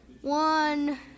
One